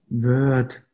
word